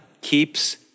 keeps